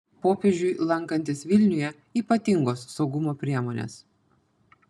popiežiui lankantis vilniuje ypatingos saugumo priemonės